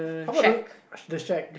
how about the the shack